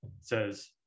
says